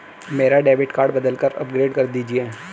मेरा debit card बदलकर upgrade कर दीजिए